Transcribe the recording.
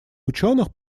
учёных